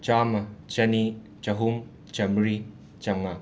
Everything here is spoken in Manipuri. ꯆꯥꯝꯃ ꯆꯅꯤ ꯆꯍꯨꯝ ꯆꯝꯃ꯭ꯔꯤ ꯆꯧꯉꯥ